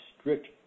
Strict